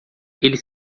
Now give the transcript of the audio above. ele